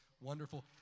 wonderful